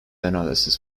analysis